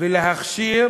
ולהכשיר